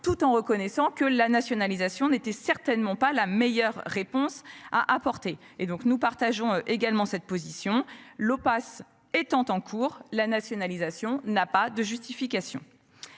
tout en reconnaissant que la nationalisation n'était certainement pas la meilleure réponse à apporter et donc nous partageons également cette position l'Pass étant en cours, la nationalisation n'a pas de justification.